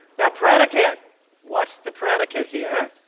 the predicate what's the predicate here?